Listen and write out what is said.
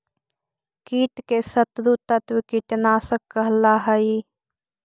कीट के शत्रु तत्व कीटनाशक कहला हई